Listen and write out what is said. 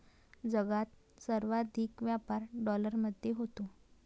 जगात सर्वाधिक व्यापार डॉलरमध्ये होतो